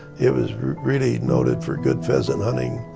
it was really noted for good pheasant hunting,